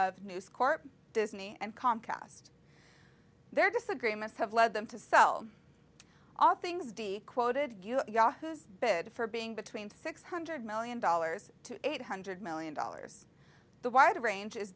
of news corp disney and comcast their disagreements have led them to sell all things d quoted yahoo's bid for being between six hundred million dollars to eight hundred million dollars the wide range is